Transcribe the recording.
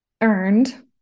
earned